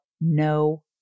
no